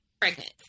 pregnant